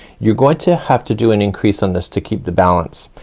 you're going to have to do an increase on this to keep the balance.